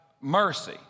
mercy